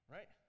Right